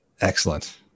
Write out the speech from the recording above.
Excellent